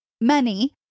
money